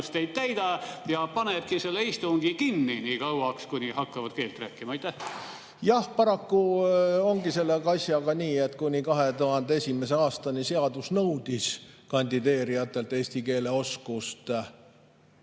ei täida. Ja panebki selle istungi kinni nii kauaks, kuni hakatakse riigikeelt rääkima. Jah, paraku ongi selle asjaga nii, et kuni 2001. aastani seadus nõudis kandideerijatelt eesti keele oskust